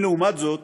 אם, לעומת זאת,